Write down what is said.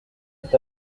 est